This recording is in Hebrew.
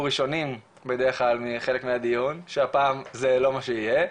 ראשונים בדרך כלל בחלק מהדיון שהפעם זה לא מה שיהיה,